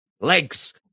legs